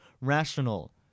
rational